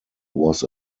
was